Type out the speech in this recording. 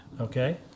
Okay